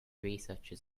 researcher